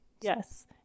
Yes